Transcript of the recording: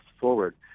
forward